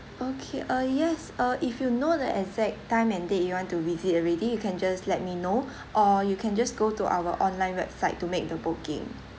okay uh yes uh if you know the exact time and date you want to visit already you can just let me know or you can just go to our online website to make the booking